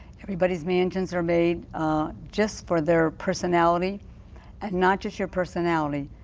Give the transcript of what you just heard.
everybody's mansions are made just for their personality and not just her personality,